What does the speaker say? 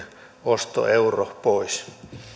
ostoeuron pois